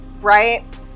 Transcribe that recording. right